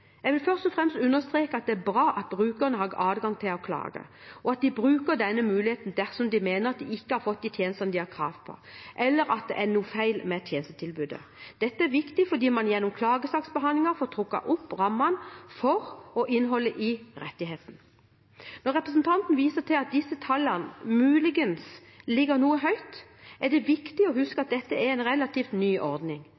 Jeg vil først og fremst understreke at det er bra at brukerne har adgang til å klage, og at de bruker denne muligheten dersom de mener at de ikke har fått de tjenestene de har krav på, eller at det er noe feil med tjenestetilbudet. Dette er viktig fordi man gjennom klagesaksbehandlingen får trukket opp rammene for og innholdet i rettigheten. Når representanten viser til at disse tallene muligens ligger noe høyt, er det viktig å huske